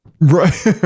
Right